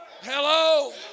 Hello